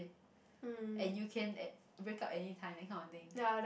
and you can at break up anytime that kind of thing